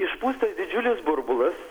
išpūstas didžiulis burbulas